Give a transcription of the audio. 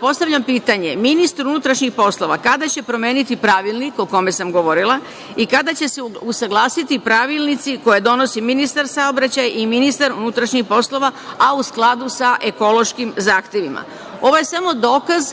Postavljam pitanje ministru unutrašnjih poslova - kada će promeniti pravilnik o kome sam govorila i kada će se usaglasiti pravilnici koje donosi ministar saobraćaja i ministar unutrašnjih poslova, a u skladu sa ekološkim zahtevima? Ovo je samo dokaz